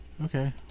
Okay